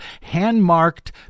hand-marked